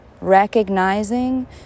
Recognizing